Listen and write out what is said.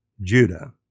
judah